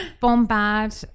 bombard